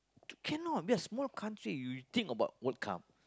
cannot we are small country you think about World-Cup